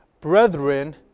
Brethren